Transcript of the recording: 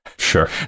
Sure